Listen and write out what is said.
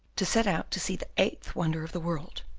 to set out to see the eighth wonder of the world.